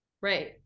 right